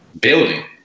building